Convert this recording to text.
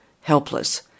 helpless